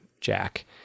Jack